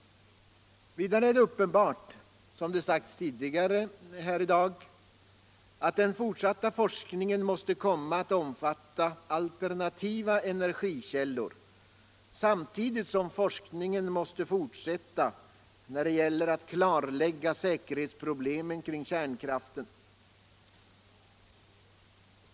Vidare är det uppenbart — det har sagts tidigare i dag — att den fortsatta forskningen måste komma att omfatta även alternativa energikällor samtidigt som forskningen måste fortsätta när det gäller att klarlägga säkerhetsproblemen kring kärnkraften.